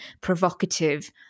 provocative